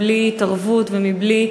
בלי התערבות ובלי,